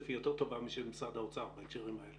היא יותר טובה משל משרד האוצר בהקשרים האלה.